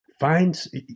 Finds